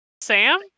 Sam